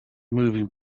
moving